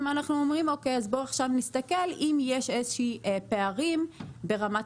אנחנו מסתכלים אם יש פערים כלשהם ברמת